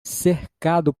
cercado